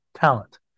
talent